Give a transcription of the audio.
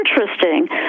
interesting